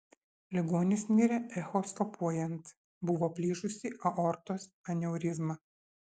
ligonis mirė echoskopuojant buvo plyšusi aortos aneurizma